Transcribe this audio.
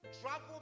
travel